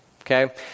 Okay